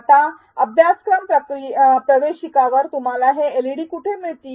आता अभ्यासक्रम प्रवेशिकावर तुम्हाला हे एलईडी कुठे मिळतील